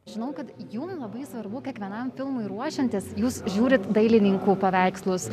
žinau kad jums labai svarbu kiekvienam filmui ruošiantis jūs žiūrit dailininkų paveikslus